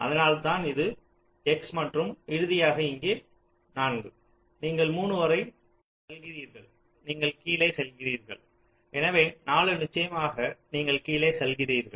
அதனால்தான் இது x மற்றும் இறுதியாக இங்கே 4 நீங்கள் 3 வரை செல்கிறீர்கள் நீங்கள் கீழே செல்கிறீர்கள் எனவே 4 நிச்சயமாக நீங்கள் கீழே செல்கிறீர்கள்